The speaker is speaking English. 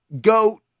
goat